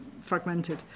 fragmented